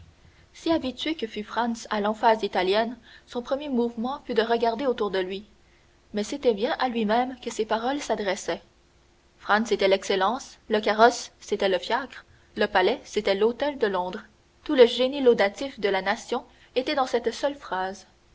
si habitué que fût franz à l'emphase italienne son premier mouvement fut de regarder autour de lui mais c'était bien à lui-même que ces paroles s'adressaient franz était l'excellence le carrosse c'était le fiacre le palais c'était l'hôtel de londres tout le génie laudatif de la nation était dans cette seule phrase